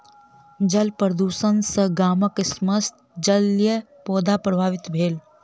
जल प्रदुषण सॅ गामक समस्त जलीय पौधा प्रभावित भेल